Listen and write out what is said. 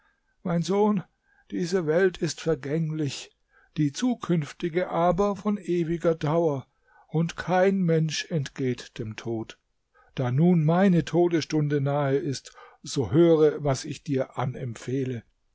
mein sohn diese welt ist vergänglich die zukünftige aber von ewiger dauer und kein mensch entgeht dem tod da nun meine todesstunde nahe ist so höre was ich dir anempfehle